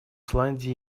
исландии